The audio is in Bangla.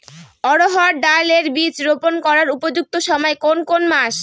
অড়হড় ডাল এর বীজ রোপন করার উপযুক্ত সময় কোন কোন মাস?